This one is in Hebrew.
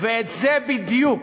את זה בדיוק